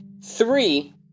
three